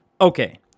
Okay